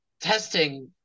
testing